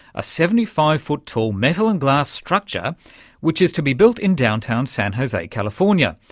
a seventy five foot tall metal and glass structure which is to be built in downtown san jose california.